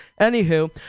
Anywho